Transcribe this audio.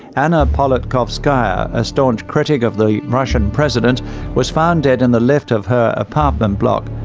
anna politkovskaya, a staunch critic of the russian president was found dead in the lift of her apartment block.